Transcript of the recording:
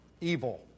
evil